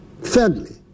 Thirdly